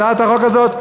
הצעת החוק הזאת,